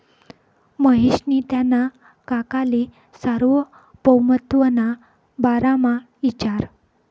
महेशनी त्याना काकाले सार्वभौमत्वना बारामा इचारं